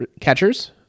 catchers